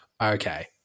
okay